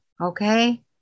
Okay